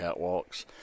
catwalks